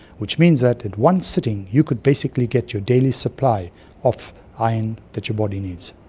which means that in one sitting you could basically get your daily supply of iron that your body needs.